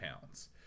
pounds